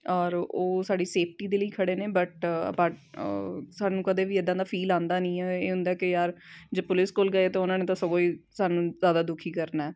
ਔਰ ਉਹ ਸਾਡੀ ਸੇਫਟੀ ਦੇ ਲਈ ਖੜੇ ਨੇ ਬਟ ਬ ਸਾਨੂੰ ਕਦੇ ਵੀ ਇੱਦਾਂ ਦਾ ਫੀਲ ਆਉਂਦਾ ਨਹੀਂ ਹੈ ਇਹ ਹੁੰਦਾ ਹੈ ਕੇ ਯਾਰ ਜੇ ਪੁਲਿਸ ਕੋਲ ਗਏ ਤਾਂ ਉਹਨਾਂ ਨੇ ਤਾਂ ਸਗੋਂ ਏ ਸਾਨੂੰ ਜ਼ਿਆਦਾ ਦੁਖੀ ਕਰਨਾ